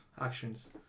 actions